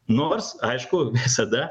nors aišku visada